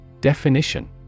Definition